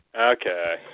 Okay